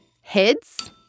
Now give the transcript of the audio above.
heads